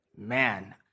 man